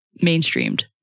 mainstreamed